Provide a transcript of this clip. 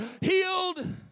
healed